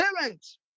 parents